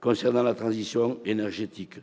concernant la transition énergétique